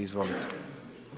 Izvolite.